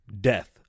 death